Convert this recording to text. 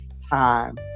Time